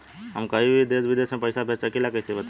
हम कहीं भी देश विदेश में पैसा भेज सकीला कईसे बताई?